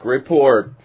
Report